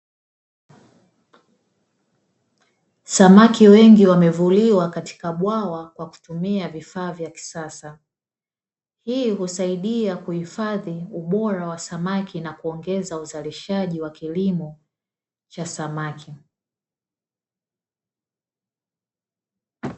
Samaki wengi wamevuliwa katika bwawa kwa kutumia vifaa vya kisasa, hii husaidia kuhifadhi ubora wa samaki na kuongeza uzalishaji wa kilimo cha samaki.